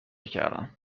کردم